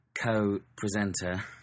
co-presenter